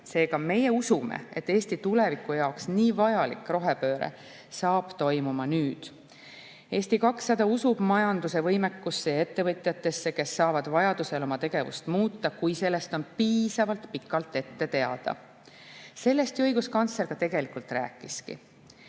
Seega meie usume, et Eesti tuleviku jaoks nii vajalik rohepööre saab toimuda nüüd. Eesti 200 usub majanduse võimekusse ja ettevõtjatesse, kes saavad vajaduse korral oma tegevust muuta, kui sellest on piisavalt pikalt ette teada. Sellest ju õiguskantsler tegelikult rääkiski.